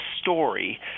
story